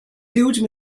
huge